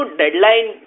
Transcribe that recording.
deadline